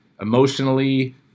emotionally